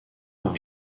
par